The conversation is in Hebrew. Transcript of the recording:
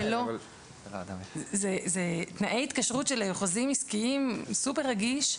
אלה תנאי התקשרות של חוזים עסקיים סופר רגישים.